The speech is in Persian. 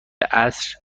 عصر